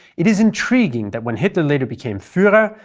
it is intriguing that when hitler later became fuhrer,